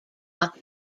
not